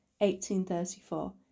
1834